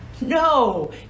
No